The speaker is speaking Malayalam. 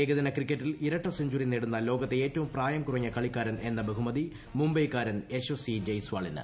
ഏകദിന ക്രിക്കറ്റിൽ ഇരട്ട സെഞ്ചറി നേടുന്ന ലോകത്തെ ഏറ്റവും പ്രായം കൂറഞ്ഞ കളിക്കാരൻ എന്ന ബഹുമതി മുംബൈക്കാരൻ യശസി ജയ്സ്വാളിന്